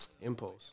Impulse